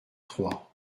troyes